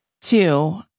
Two